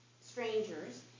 strangers